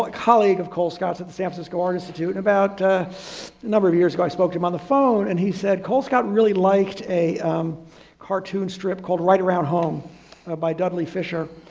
like colleague of colescott's at the san francisco art institute. and about number of years ago, i spoke him on the phone and he said colescott really liked a cartoon strip called right around home ah by dudley fisher.